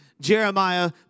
Jeremiah